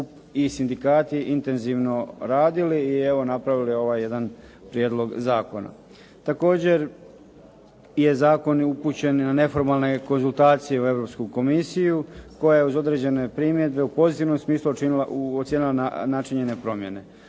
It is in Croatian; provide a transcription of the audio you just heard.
i sindikati intenzivno radili i evo napravili ovaj jedan prijedlog zakona. Također je zakon upućen na neformalne konzultacije u Europsku komisiju koja je uz određene primjedbe u pozitivnom smislu ocijenila načinjene promjene.